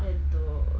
then to